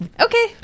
Okay